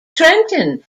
trenton